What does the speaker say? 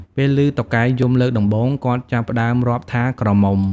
ពេលឮតុកែយំលើកដំបូង គាត់ចាប់ផ្ដើមរាប់ថា "ក្រមុំ" ។